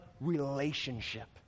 relationship